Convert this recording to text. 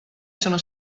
sono